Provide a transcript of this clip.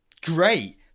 Great